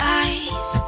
eyes